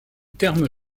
terme